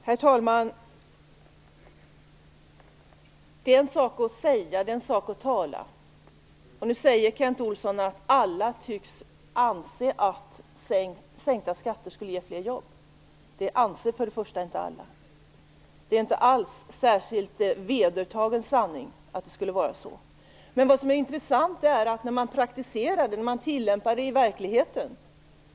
Herr talman! Det är en sak att säga saker och att tala. Nu säger Kent Olsson att alla tycks anse att sänkta skatter skulle ge fler jobb. För det första anser inte alla det. Det är inte alls någon särskilt vedertagen sanning att det skulle vara så. Det är intressant att se vad som händer när man praktiserar det - när man tillämpar det i verkligheten.